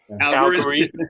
Calgary